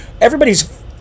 everybody's